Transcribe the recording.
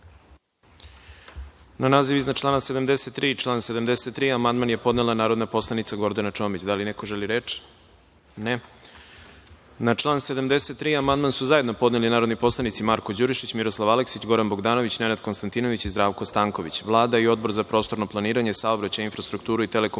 Na naziv iznad člana 73. i član 73. amandman je podnela narodni poslanik Gordana Čomić. Da li neko želi reč? (Ne)Na član 73. amandman su zajedno podneli narodni poslanici Marko Đurišić, Miroslav Aleksić, Goran Bogdanović, Nenad Konstantinović i Zdravko Stanković. Vlada i Odbor za prostorno planiranje, saobraćaj i infrastrukturu i telekomunikacije